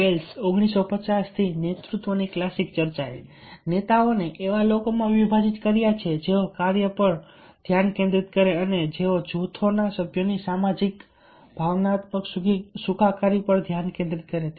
bells 1950 થી નેતૃત્વની classic ચર્ચાએ નેતાઓને એવા લોકોમાં વિભાજિત કર્યા છે જેઓ કાર્ય પર ધ્યાન કેન્દ્રિત કરે છે અને જેઓ જૂથના સભ્યોની સામાજિક ભાવનાત્મક સુખાકારી પર ધ્યાન કેન્દ્રિત કરે છે